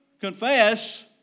Confess